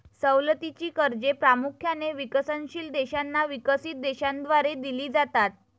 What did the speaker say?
सवलतीची कर्जे प्रामुख्याने विकसनशील देशांना विकसित देशांद्वारे दिली जातात